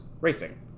racing